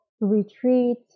retreat